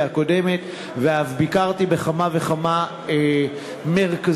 הקודמת ואף ביקרתי בכמה וכמה מרכזים,